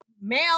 male